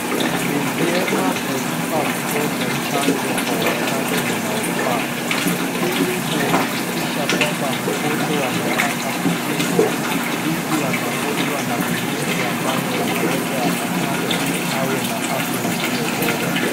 Ni vyema kumpa mtoto chanjo kwa wakati unaofaa ili kuhakikisha kwamba mtoto amepata kukingwa dhidi ya magonjwa na virusi ambavyo vinaweza kufanya awe na afya isiyobora.